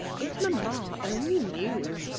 if mamma only knew!